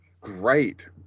great